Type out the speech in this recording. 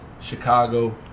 Chicago